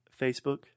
Facebook